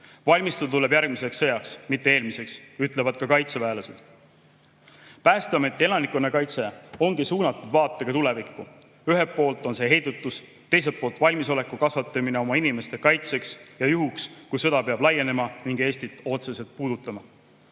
tuleb järgmiseks sõjaks, mitte eelmiseks, ütlevad ka kaitseväelased. Päästeameti elanikkonnakaitse ongi suunatud vaatega tulevikku. Ühelt poolt on see heidutus, teiselt poolt valmisoleku kasvatamine oma inimeste kaitseks ja juhuks, kui sõda peaks laienema ning Eestit otseselt